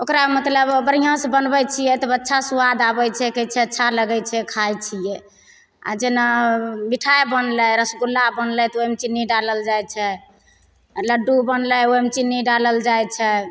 ओकरा मतलब बढ़िआँ से बनबैत छियै तब अच्छा स्वाद आबैत छै कहैत छै अच्छा लगैत छै खाइमे आ जेना मिठाइ बनलै रसगुल्ला बनलै तऽ ओहिमे चीन्नी डालल जाइत छै आ लड्डू बनलै ओहिमे चीन्नी डालल जाइत छै